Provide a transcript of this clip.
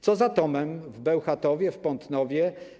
Co z atomem w Bełchatowie, w Pątnowie?